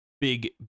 Big